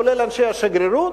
כולל אנשי השגרירות.